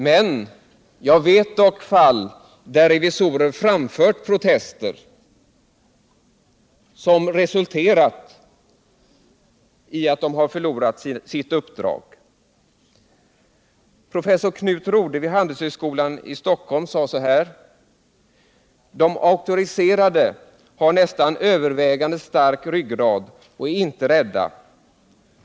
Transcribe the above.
Men jag vet dock fall där revisorer framfört protester som resulterat i att de förlorat sitt uppdrag.” Professor Knut Rodhe vid Handelshögskolan i Stockholm sade så här: ”De auktoriserade har nästan övervägande stark ryggrad och är inte rädda.